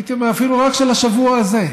הייתי אומר אפילו רק של השבוע הזה,